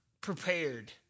prepared